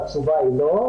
והתשובה היא לא.